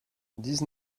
dix